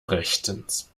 rechtens